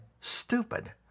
stupid